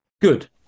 good